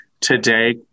today